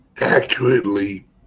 accurately